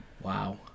Wow